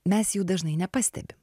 mes jų dažnai nepastebim